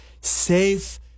safe